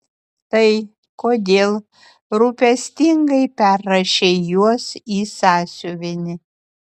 tai kodėl rūpestingai perrašei juos į sąsiuvinį